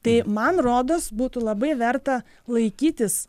tai man rodos būtų labai verta laikytis